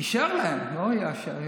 אישר להם, לא יאשר.